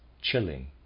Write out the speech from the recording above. chilling